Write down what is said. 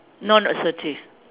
non-assertive